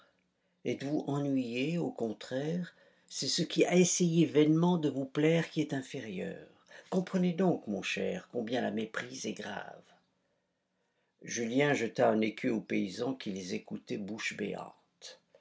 êtes-vous ennuyé au contraire c'est ce qui a essayé vainement de vous plaire qui est inférieur comprenez donc mon cher combien la méprise est grave julien jeta un écu au paysan qui les écoutait